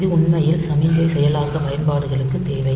இது உண்மையில் சமிக்ஞை செயலாக்க பயன்பாடுகளுக்கு தேவை